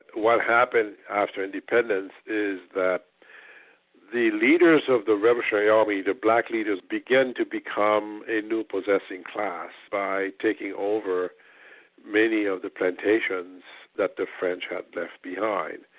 what happened after independence is that the leaders of the revolutionary army, the black leaders, began to become a new possessive class by taking over many of the plantations that the french had left behind.